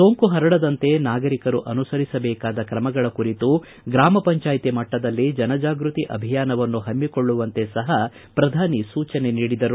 ಸೋಂಕು ಪರಡಂತೆ ನಾಗರಿಕರು ಅನುಸರಿಸಬೇಕಾದ ಕ್ರಮಗಳ ಕುರಿತು ಗೂಮ ಪಂಚಾಯಿತಿ ಮಟ್ಟದಲ್ಲಿ ಜನಜಾಗೃತಿ ಅಭಿಯಾನವನ್ನು ಹಮ್ಮಿಕೊಳ್ಳುವಂತೆ ಸಪ ಪ್ರಧಾನಿ ಸೂಚನೆ ನೀಡಿದರು